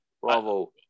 Bravo